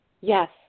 Yes